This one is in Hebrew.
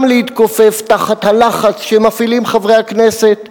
גם להתכופף תחת הלחץ שמפעילים חברי הכנסת.